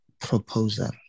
proposal